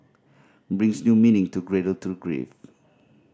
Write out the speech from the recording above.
brings new meaning to cradle to grave